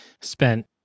spent